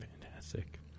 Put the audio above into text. Fantastic